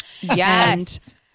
yes